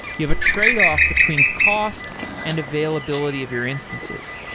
you have a tradeoff between cost and availability of your instances,